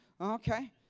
okay